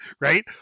right